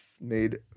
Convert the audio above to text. made